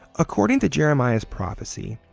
according to jeremiah's prophecy,